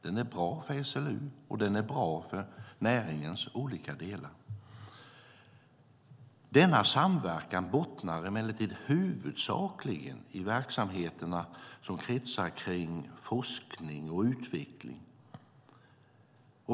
Den är bra för SLU, och den är bra för näringens olika delar. Denna samverkan bottnar emellertid huvudsakligen i verksamheterna som kretsar kring forskning och utveckling.